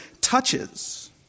touches